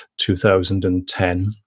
2010